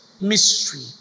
mystery